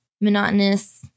monotonous